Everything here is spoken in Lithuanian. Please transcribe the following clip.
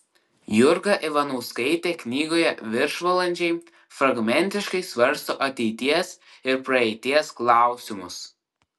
jurga ivanauskaitė knygoje viršvalandžiai fragmentiškai svarsto ateities ir praeities klausimus